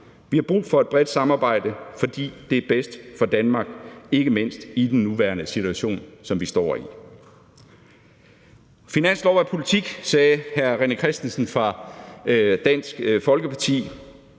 Vi har brug for et bredt samarbejde, fordi det er bedst for Danmark, ikke mindst i den situation, som vi står i nu. Finanslov er politik, sagde hr. René Christensen fra Dansk Folkeparti.